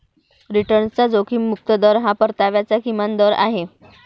रिटर्नचा जोखीम मुक्त दर हा परताव्याचा किमान दर आहे